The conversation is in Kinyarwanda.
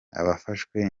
abafashwe